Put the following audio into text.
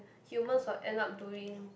humans will end up doing